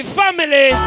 family